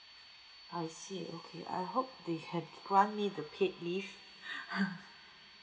I see okay I hope they can grant me the paid leave